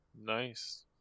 Nice